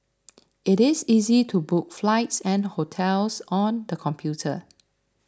it is easy to book flights and hotels on the computer